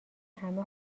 همه